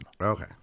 okay